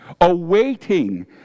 awaiting